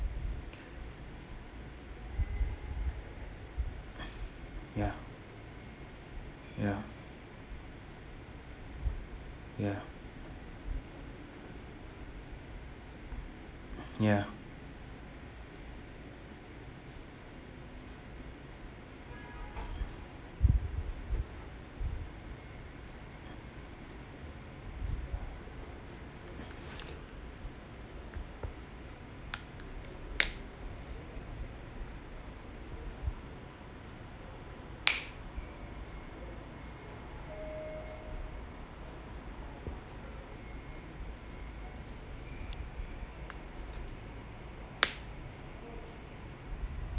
ya ya ya ya